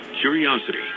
curiosity